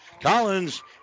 Collins